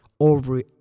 over